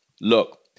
Look